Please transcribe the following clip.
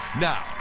Now